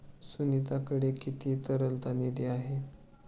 सुनीताकडे किती तरलता निधी आहे?